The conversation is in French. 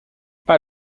pas